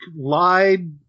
lied